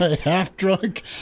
half-drunk